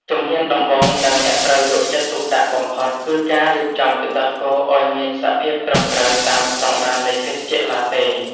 ជំហានដំបូងដែលអ្នកត្រូវយកចិត្តទុកដាក់បំផុត គឺការរៀបចំទឹកដោះគោឱ្យមានសភាពត្រឹមត្រូវតាមស្ដង់ដារនៃភេសជ្ជៈឡាតេ។